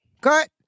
Cut